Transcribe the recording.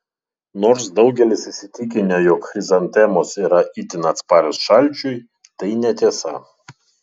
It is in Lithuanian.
nors daugelis įsitikinę jog chrizantemos yra itin atsparios šalčiui tai netiesa